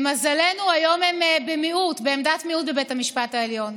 למזלנו, היום הם בעמדת מיעוט בבית המשפט העליון.